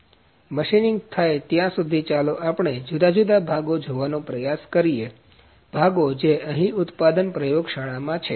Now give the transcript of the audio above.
તેથી મશીનિંગ થાય ત્યાં સુધી ચાલો આપણે જુદા જુદા ભાગો જોવાનો પ્રયાસ કરીએ ભાગો જે અહીં ઉત્પાદન પ્રયોગશાળામાં છે